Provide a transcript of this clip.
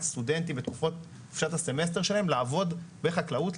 סטודנטים בתקופות חופשת הסימסטר שלהם לעבוד בחקלאות,